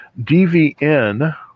DVN